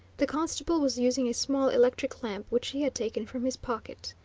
the constable was using a small electric lamp which he had taken from his pocket.